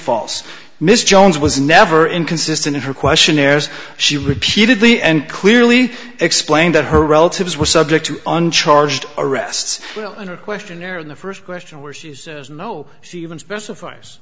false mr jones was never inconsistent in her questionnaires she repeatedly and clearly explained that her relatives were subject to uncharged arrests under a questionnaire in the first question where she is no she even specifies